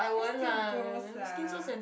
that still gross ah